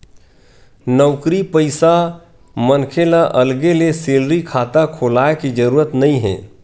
नउकरी पइसा मनखे ल अलगे ले सेलरी खाता खोलाय के जरूरत नइ हे